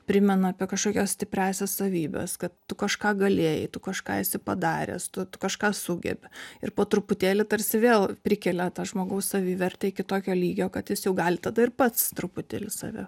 primena apie kažkokias stipriąsias savybes kad tu kažką galėjai tu kažką esi padaręs tu kažką sugebi ir po truputėlį tarsi vėl prikelia tą žmogaus savivertę iki tokio lygio kad jis jau gali tada ir pats truputėlį save